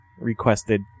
requested